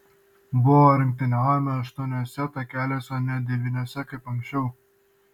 buvo rungtyniaujama aštuoniuose takeliuose o ne devyniuose kaip anksčiau